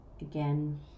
Again